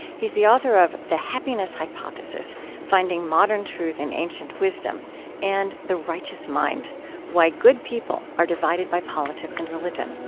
he's the author of the happiness hypothesis finding modern truth in ancient wisdom and the righteous mind why good people are divided by politics and religion